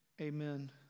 Amen